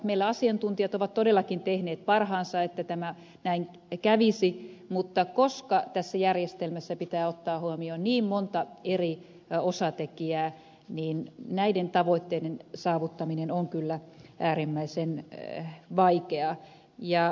meillä asiantuntijat ovat todellakin tehneet parhaansa että näin kävisi mutta koska tässä järjestelmässä pitää ottaa huomioon niin monta eri osatekijää niin näiden tavoitteiden saavuttaminen on kyllä äärimmäisen vaikeaa